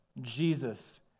Jesus